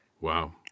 Wow